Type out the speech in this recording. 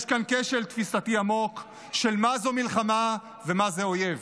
יש כאן כשל תפיסתי עמוק של מה זו מלחמה ומה זה אויב,